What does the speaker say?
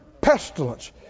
pestilence